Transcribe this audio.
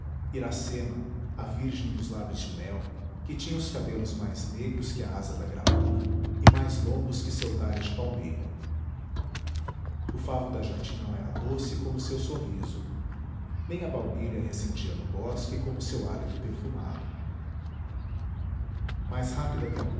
iracema a virgem dos lábios de mel que tinha os cabelos mais negros que a asa da graúna e mais longos que seu talhe de palmeira o favo da jati não era doce como seu sorriso nem a baunilha recendia no bosque como seu hálito perfumado mais rápida que a